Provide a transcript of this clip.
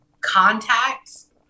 contacts